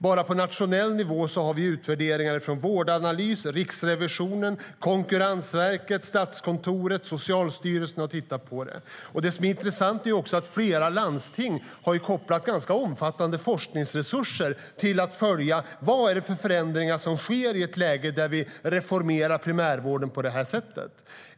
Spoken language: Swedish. Bara på nationell nivå har vi utvärderingar från Vårdanalys, Riksrevisionen, Konkurrensverket, Statskontoret och Socialstyrelsen, som alla har tittat på det. Intressant är också att flera landsting har kopplat ganska omfattande forskningsresurser till att följa vad det är för förändringar som sker när vi reformerar primärvården på det här sättet.